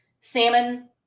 salmon